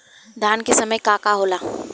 धान के समय का का होला?